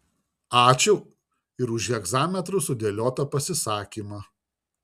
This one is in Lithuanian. ačiū ir už hegzametru sudėliotą pasisakymą